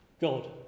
God